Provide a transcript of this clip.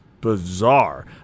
Bizarre